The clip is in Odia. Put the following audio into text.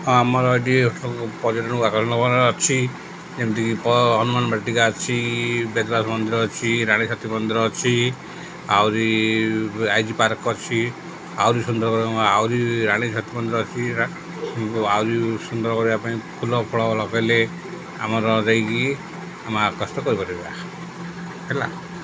ହଁ ଆମର ଏଠି ପର୍ଯ୍ୟଟନ ଆକର୍ଷଣ ଲରେ ଅଛି ଯେମିତିକି ହନୁମାନ ବାଟିକା ଅଛି ବେଦବାସ ମନ୍ଦିର ଅଛି ରାଣୀସାଥି ମନ୍ଦିର ଅଛି ଆହୁରି ଆଇଜି ପାର୍କ ଅଛି ଆହୁରି ସୁନ୍ଦର ଆହୁରି ରାଣୀସାଥି ମନ୍ଦିର ଅଛି ଆହୁରି ସୁନ୍ଦର କରିବା ପାଇଁ ଫୁଲ ଫଳ ଲଗେଇଲେ ଆମର ଦେଇକି ଆମେ ଆକୃଷ୍ଟ କରିପାରିବା ହେଲା